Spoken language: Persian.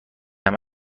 همه